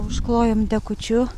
užklojom dekučiu